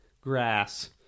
grass